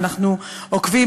ואנחנו עוקבים,